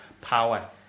power